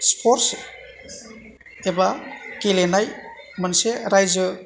sports एबा गेलेनाय मोनसे रायजो